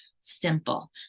simple